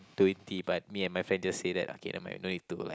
twenty but me and my friend just say that lah okay nevermind no need to like